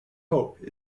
hope